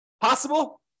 Possible